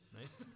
nice